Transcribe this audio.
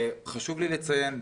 חשוב לי לציין,